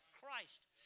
Christ